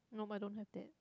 nope I don't have that